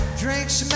drinks